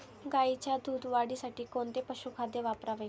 गाईच्या दूध वाढीसाठी कोणते पशुखाद्य वापरावे?